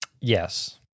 Yes